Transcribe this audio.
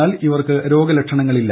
എന്നാൽ ഇവർക്ക് രോഗലക്ഷണങ്ങളില്ല